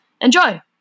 Enjoy